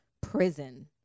prison